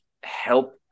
help